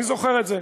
אני זוכר את זה,